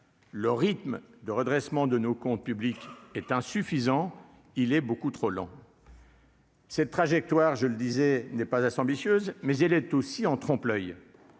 le rythme de redressement de nos comptes publics est insuffisant, il est beaucoup trop long. Cette trajectoire, je le disais, n'est pas à s'ambitieuse, mais elle est aussi en trompe l'oeil,